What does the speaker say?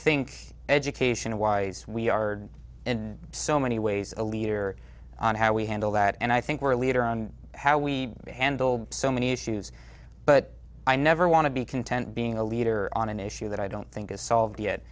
think education wise we are in so many ways a leader on how we handle that and i think we're a leader on how we handle so many issues but i never want to be content being a leader on an issue that i don't think is solved yet